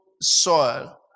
soil